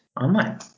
online